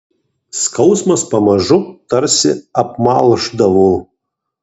skausmas pamažu tarsi apmalšdavo